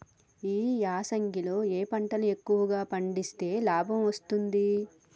ఈ యాసంగి లో ఏ పంటలు ఎక్కువగా పండిస్తే లాభం వస్తుంది?